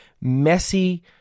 messy